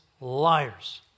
liars